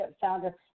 Founder